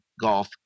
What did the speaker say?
golf